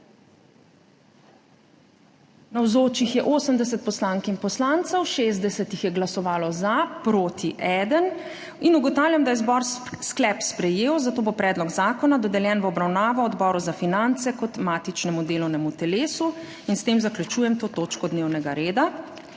Navzočih je 80 poslank in poslancev, za je glasovalo 60, proti 1. (Za je glasovalo 60.) (Proti 1.) Ugotavljam, da je zbor sklep sprejel, zato bo predlog zakona dodeljen v obravnavo Odboru za finance kot matičnemu delovnemu telesu. S tem zaključujem to točko dnevnega reda.